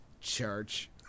Church